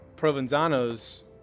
Provenzanos